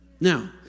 now